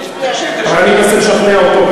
אבל אני מנסה לשכנע אותו.